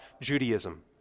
Judaism